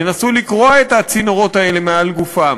ינסו לקרוע את הצינורות האלה מעל גופם,